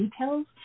details